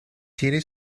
tiene